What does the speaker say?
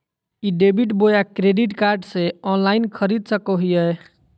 ई debit बोया credit card से online खरीद सको हिए?